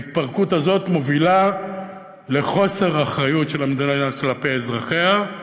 ההתפרקות הזו מובילה לחוסר אחריות של המדינה כלפי אזרחיה.